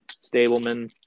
stableman